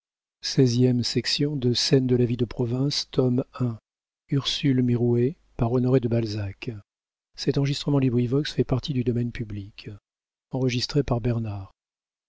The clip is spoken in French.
de scène de la vie de province tome i author honoré de balzac